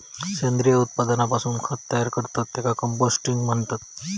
सेंद्रिय उत्पादनापासून खत तयार करतत त्येका कंपोस्टिंग म्हणतत